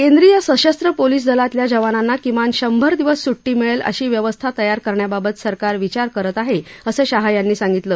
केंद्रीय सशस्त्र पोलीस दलातल्या जवानांना किमान शंभर दिवस सुट्टी मिळक्र अशी व्यवस्था तयार करण्याबाबत सरकार विचार करत आहप़ असं शाह यांनी सांगितलं